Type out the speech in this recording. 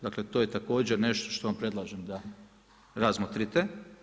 Dakle, to je također nešto što vam predlažem da razmotrite.